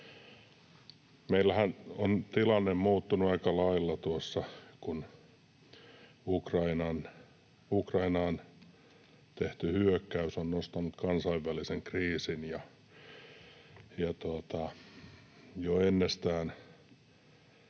Meillähän on tilanne muuttunut aika lailla tuossa, kun Ukrainaan tehty hyökkäys on nostanut kansainvälisen kriisin ja jo ennestään